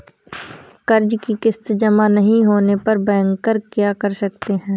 कर्ज कि किश्त जमा नहीं होने पर बैंकर क्या कर सकते हैं?